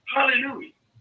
Hallelujah